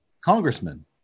congressman